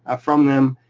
ah from them,